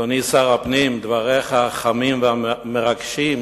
בוועדה משותפת של ועדת הפנים וועדת העלייה.